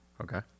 Okay